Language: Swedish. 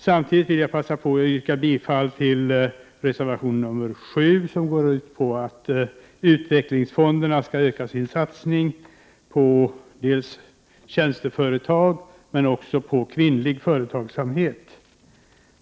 Samtidigt vill jag passa på att yrka bifall till reservation nr 7, som går ut på att utvecklingsfonderna skall öka sin satsning på dels tjänsteföretag, dels kvinnlig företagsamhet.